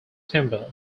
timber